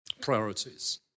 Priorities